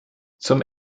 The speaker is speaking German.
zum